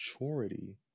maturity